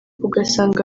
ugasanga